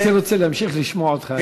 הייתי רוצה להמשיך לשמוע אותך.